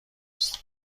است